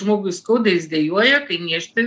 žmogui skauda jis dejuoja kai niežti